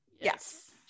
Yes